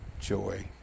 joy